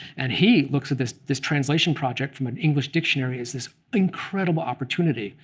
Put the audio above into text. and he looks at this this translation project from an english dictionary as this incredible opportunity.